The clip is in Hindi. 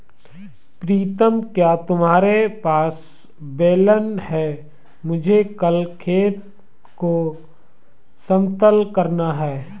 प्रीतम क्या तुम्हारे पास बेलन है मुझे कल खेत को समतल करना है?